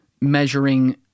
measuring